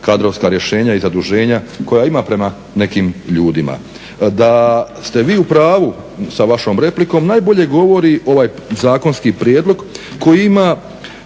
kadrovska rješenja i zaduženja koja ima prema nekim ljudima. Da ste vi u pravu sa vašom replikom najbolje govori ovaj zakonski prijedlog koji ima